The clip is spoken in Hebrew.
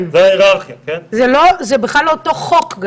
זה בכלל לא אותו חוק.